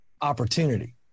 Opportunity